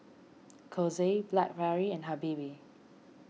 Kose Blackberry and Habibie